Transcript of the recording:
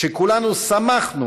שכולנו שמחנו